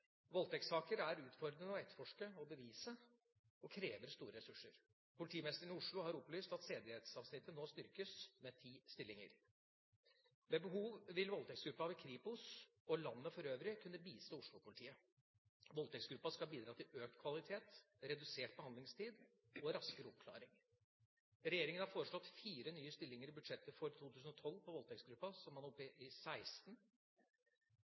store ressurser. Politimesteren i Oslo har opplyst av sedelighetsavsnittet nå styrkes med ti stillinger. Ved behov vil Voldtektsgruppa ved Kripos og landet for øvrig kunne bistå Oslo-politiet. Voldtektsgruppa skal bidra til økt kvalitet, redusert behandlingstid og raskere oppklaring. Regjeringa har foreslått fire nye stillinger i budsjettet for 2012 for Voldtektsgruppa, slik at man nå er oppe i 16.